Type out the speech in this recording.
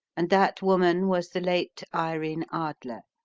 and that woman was the late irene adler,